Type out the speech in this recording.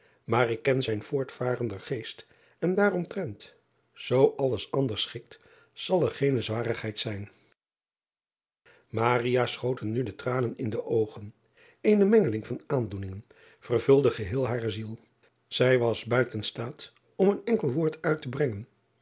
maar ik ken zijn voortvarender geest en daaromtrent zoo alles anders schikt zal er geene zwarigheid zijn schoten nu de tranen in de oogen ene mengeling van aandoeningen vervulde geheel hare ziel ij was buiten staat om een enkel woord uit te brengen